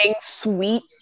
sweet